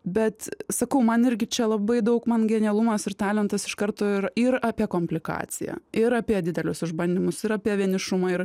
bet sakau man irgi čia labai daug man genialumas ir talentas iš karto ir ir apie komplikaciją ir apie didelius išbandymus ir apie vienišumą ir